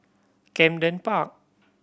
Camden Park